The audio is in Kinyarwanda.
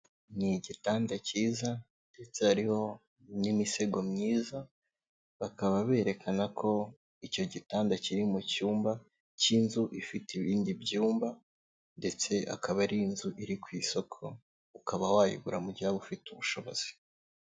Ni igitanda cyiza ndetse hariho n'imisego myiza, bakaba berekana ko icyo gitanda kiri mu cyumba cy'inzu ifite ibindi byumba ndetse akaba ari inzu iri ku isoko, ukaba wayigura mu gihe waba ufite ubushobozi.